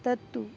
तत्तु